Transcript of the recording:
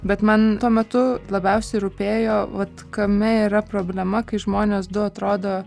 bet man tuo metu labiausiai rūpėjo vat kame yra problema kai žmonės du atrodo